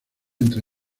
entre